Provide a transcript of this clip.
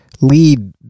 lead